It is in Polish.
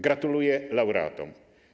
Gratuluję laureatom.